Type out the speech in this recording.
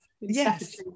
Yes